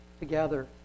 together